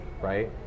right